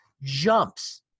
Jumps